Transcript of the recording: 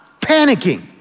panicking